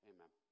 Amen